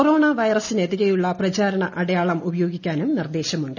corona വൈറസിനെതിരെയുള്ള പ്രചാരണ അടയാളം ഉപയോഗിക്കാനും നിർദ്ദേശമുണ്ട്